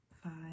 Five